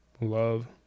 love